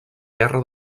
guerra